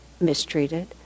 mistreated